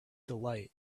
delight